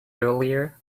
earlier